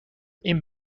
این